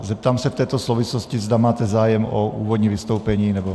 Zeptám se v této souvislosti, zda máte zájem o úvodní vystoupení, nebo...